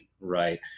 right